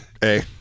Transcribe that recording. Hey